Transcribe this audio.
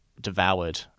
devoured